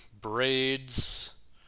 braids